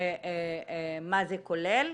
מה זה כולל.